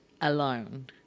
alone